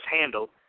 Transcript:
handled